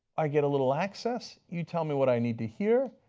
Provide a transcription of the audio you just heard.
i get a little access, you tell me what i need to hear,